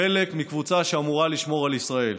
חלק מקבוצה שאמורה לשמור על ישראל.